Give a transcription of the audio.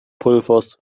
pulvers